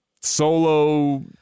solo